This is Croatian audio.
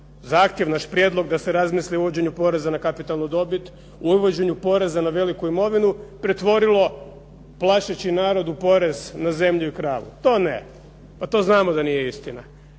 zahtjev, naš prijedlog da se razmisli o uvođenju poreza na kapitalnu dobit, o uvođenju poreza na veliku imovinu pretvorilo plašeći narod u porez na zemlju i kravu. To ne. Pa to znamo da nije istina.